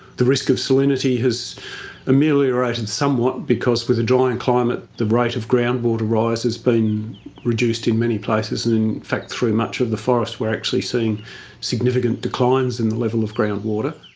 the risk of salinity has ameliorated somewhat because with a drying climate the rate of groundwater rise has been reduced in many places, and in fact through much of the forest we're actually seeing significant declines in the level of groundwater.